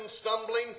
stumbling